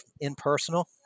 impersonal